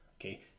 Okay